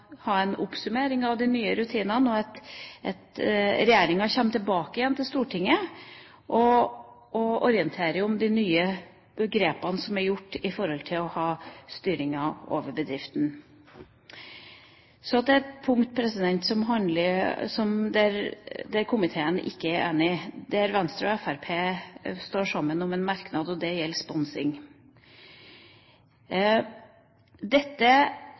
ha en oppsummering av de nye rutinene, og at regjeringa kommer tilbake til Stortinget og orienterer om de nye grepene som er gjort når det gjelder å ha styringen over bedriften. Så til et punkt der komiteen ikke er enig, der Venstre og Fremskrittspartiet står sammen om en merknad, og det gjelder sponsing. Dette